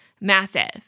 massive